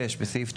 (6) בסעיף,